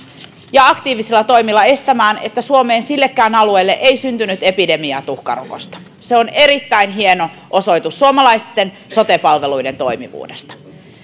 ja aktiivisilla toimilla estämään että suomeen sillekään alueelle ei syntynyt epidemiaa tuhkarokosta se on erittäin hieno osoitus suomalaisten sote palveluiden toimivuudesta